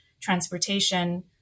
transportation